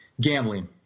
gambling